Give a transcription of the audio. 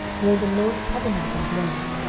wherein the lord's tabernacle dwelleth,